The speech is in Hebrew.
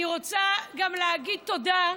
אני רוצה גם להגיד תודה,